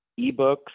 ebooks